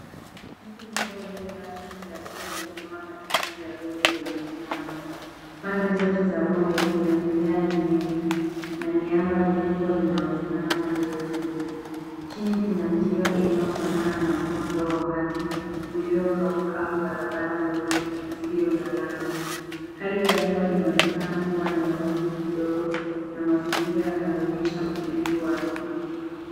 Mtu mmoja aliyevaa shati la buluu amesimama katikati ya bonde lenye miamba. Pande zote za bonde kuna mimea minene na miamba mikubwa inaonekana pande zote mbele. Chini kuna njia inayofanana na mkondo wa maji uliokauka au barabara ndogo isiyo na lami. Hali ya hewa inaonekana kuwa na mawingu kidogo na mazingira yanaonyesha utulivu wa asili.